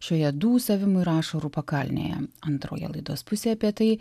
šioje dūsavimų ir ašarų pakalnėje antroje laidos pusėje apie tai